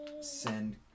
send